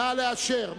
נא לאשר.